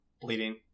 bleeding